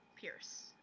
Pierce